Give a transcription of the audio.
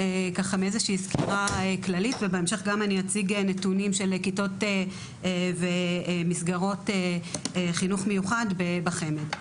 מסקירה כללית ובהמשך אציג נתונים של כיתות ומסגרות חינוך מיוחד בחמ"ד.